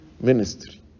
ministry